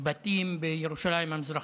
בתים בירושלים המזרחית,